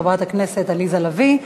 חברת הכנסת עליזה לביא.